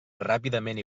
ràpidament